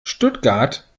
stuttgart